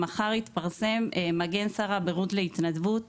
מחר יתפרסם מגן שר הבריאות להתנדבות,